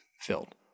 filled